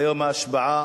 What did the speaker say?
ביום ההשבעה,